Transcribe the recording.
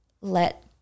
let